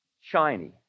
shiny